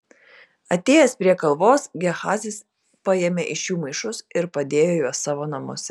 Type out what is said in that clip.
atėjęs prie kalvos gehazis paėmė iš jų maišus ir padėjo juos savo namuose